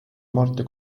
morte